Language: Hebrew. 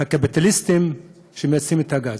הקפיטליסטים שמייצרים את הגז,